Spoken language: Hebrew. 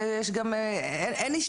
אם המספר המלא הוא אלפיים מאתיים ארבעים